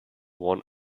one